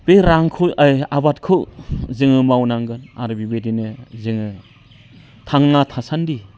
बे रांखौ आबादखौ जोङो मावनांगोन आरो बिबायदिनो जोङो थांना थासान्दि